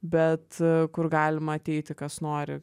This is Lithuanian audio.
bet kur galima ateiti kas nori